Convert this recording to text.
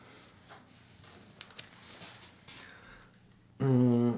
mm